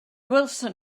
welsom